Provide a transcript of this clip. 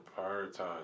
prioritize